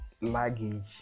luggage